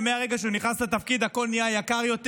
ומהרגע שהוא נכנס לתפקיד הכול נהיה יקר יותר,